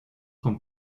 con